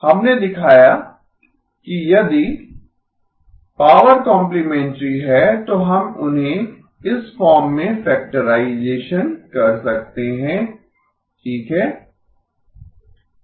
हमने दिखाया कि यदि H 0∧H1 पॉवर कॉम्प्लिमेंटरी हैं तो हम उन्हें इस फॉर्म में फैक्टराइजेसन कर सकते हैं ठीक है